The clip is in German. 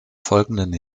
folgenden